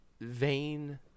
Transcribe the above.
vain